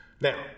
Now